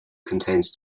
contains